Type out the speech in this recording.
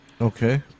Okay